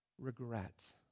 Regret